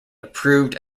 approved